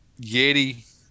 Yeti